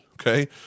okay